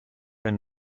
and